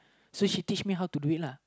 so she teach me how to do it lah